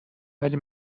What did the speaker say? ولی